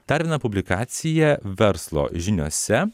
dar viena publikacija verslo žiniose